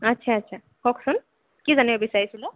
আচ্ছা আচ্ছা কওঁকছোন কি জানিব বিচাৰিছিলে